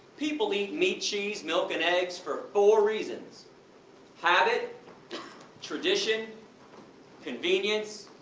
people eat meat, cheese, milk and eggs for four reasons habit tradition convenience